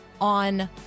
on